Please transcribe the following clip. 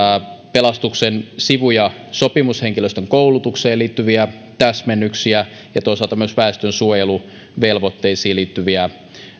pelastuksen sivu ja sopimushenkilöstön koulutukseen liittyviä täsmennyksiä ja toisaalta myös väestönsuojeluvelvoitteisiin liittyviä